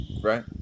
right